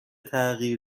تغییر